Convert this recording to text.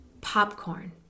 popcorn